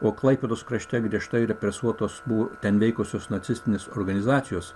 o klaipėdos krašte griežtai represuotos buvo ten veikusios nacistinės organizacijos